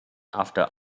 after